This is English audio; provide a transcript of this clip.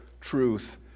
truth